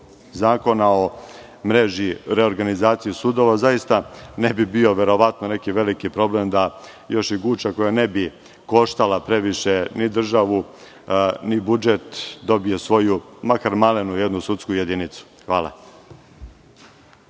zakona o mreži, o reorganizaciji sudova ne bi bio veliki problem da još i Guča, koja ne bi koštala previše ni državu, ni budžet, dobije svoju makar malenu sudsku jedinicu. Hvala.